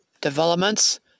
developments